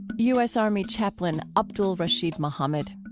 u s. army chaplain abdul-rasheed muhammad.